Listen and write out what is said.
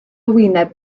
wyneb